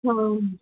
हा